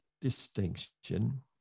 distinction